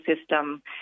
system